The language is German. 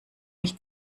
mich